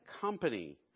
company